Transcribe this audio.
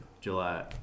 July